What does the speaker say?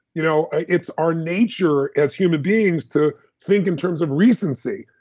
you know it's our nature as human beings to think in terms of recency.